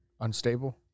Unstable